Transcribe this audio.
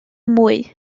mwy